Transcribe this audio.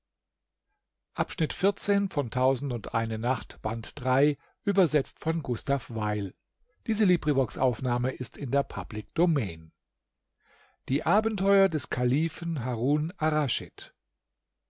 die abenteuer des kalifen harun